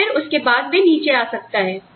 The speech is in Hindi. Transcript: और फिर उसके बाद वे नीचे आ सकता है